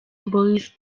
boys